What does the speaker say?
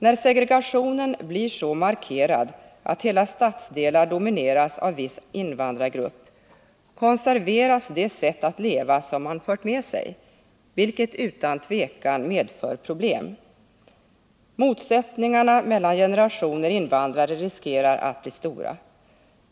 När segregationen blir så markerad att hela stadsdelar domineras av en viss invandrargrupp, konserveras det sätt att leva som man fört med sig, vilket utan tvivel vållar problem. Motsättningarna mellan generationer invandrare riskerar att bli stora.